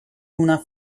una